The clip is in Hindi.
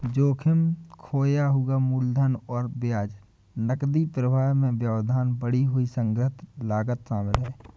जोखिम, खोया हुआ मूलधन और ब्याज, नकदी प्रवाह में व्यवधान, बढ़ी हुई संग्रह लागत शामिल है